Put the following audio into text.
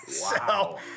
Wow